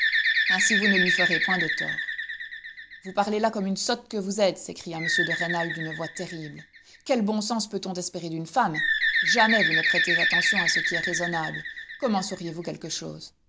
ainsi vous ne lui ferez point de tort vous parlez là comme une sotte que vous êtes s'écria m de rênal d'une voix terrible quel bon sens peut-on espérer d'une femme jamais vous ne prêtez attention à ce qui est raisonnable comment sauriez-vous quelque chose